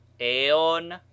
eon